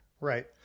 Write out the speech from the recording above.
Right